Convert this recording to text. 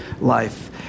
life